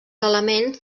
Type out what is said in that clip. elements